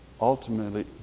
ultimately